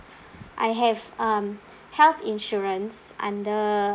I have um health insurance under